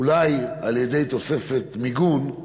אולי על-ידי תוספת מיגון,